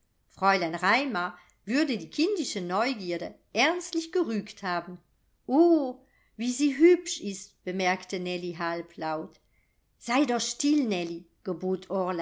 fräulein raimar würde die kindische neugierde ernstlich gerügt haben o wie sie hübsch ist bemerkte nellie halblaut sei doch still nellie gebot